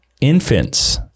infants